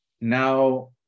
Now